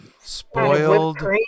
Spoiled